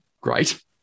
great